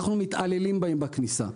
אנחנו מתעללים בהם בכניסה.